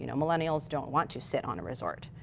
you know millenials don't want to sit on a resort.